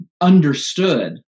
understood